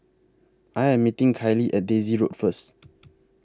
I Am meeting Kiley At Daisy Road First